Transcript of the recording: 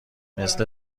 مثل